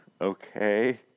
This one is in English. Okay